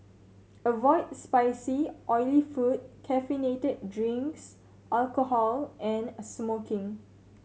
avoid spicy oily food caffeinated drinks alcohol and a smoking